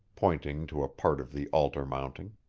pointing to a part of the altar mounting.